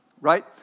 right